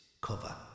cover